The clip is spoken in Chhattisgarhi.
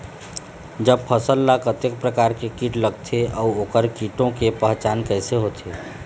जब फसल ला कतेक प्रकार के कीट लगथे अऊ ओकर कीटों के पहचान कैसे होथे?